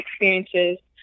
experiences